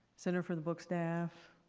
center for the book staff,